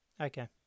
Okay